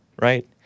right